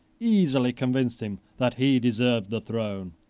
easily convinced him that he deserved the throne,